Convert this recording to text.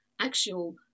actual